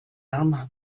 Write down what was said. arme